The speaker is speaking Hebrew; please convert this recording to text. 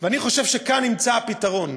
ואני חושב שכאן נמצא הפתרון.